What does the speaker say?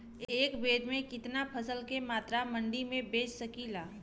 एक बेर में कितना फसल के मात्रा मंडी में बेच सकीला?